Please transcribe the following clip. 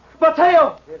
Mateo